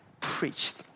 preached